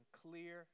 clear